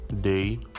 day